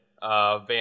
Van